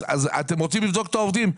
אז אתם רוצים לבדוק את העובדים,